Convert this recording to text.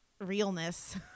realness